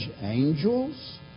angels